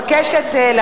אני מבקשת,